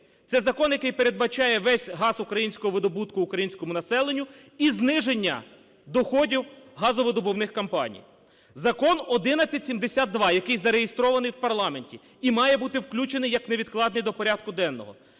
Це закон, який передбачає весь газ українського видобутку – українському населенню і зниження доходів газовидобувних компаній. Закон 1172, який зареєстрований в парламенті і має бути включений як невідкладний до порядку денного,